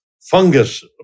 fungus